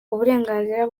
uburenganzira